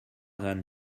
than